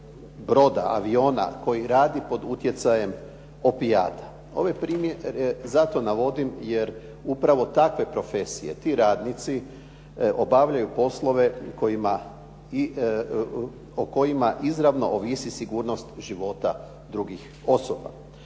broda, aviona koji radi pod utjecajem opijate. Ovaj primjer zato navodim jer upravo takve profesije ti radnici obavljaju poslove o kojima izravno ovisi sigurnost života drugih osoba.